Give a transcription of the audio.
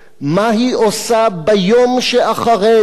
מה היא עושה ביום שאחרי,